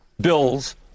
bills